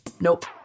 nope